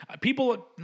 People